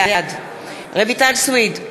בעד רויטל סויד,